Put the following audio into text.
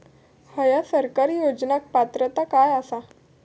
हया सरकारी योजनाक पात्रता काय आसा?